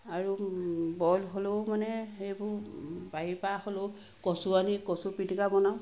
আৰু বইল হ'লেও মানে সেইবোৰ বাৰীৰ পৰা হ'লেও কচু আনি কচু পিটিকা বনাওঁ